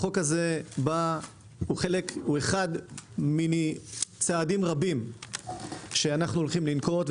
החוק הזה הוא אחד מצעדים רבים שאנחנו הולכים לנקוט.